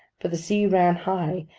for the sea ran high,